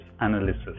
analysis